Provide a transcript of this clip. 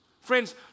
Friends